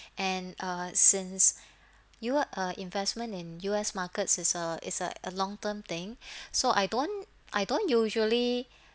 and uh since you are uh investment in U_S markets is a is uh a long term thing so I don't I don't usually